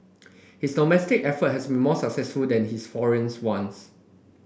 his domestic effort has been more successful than his foreign's ones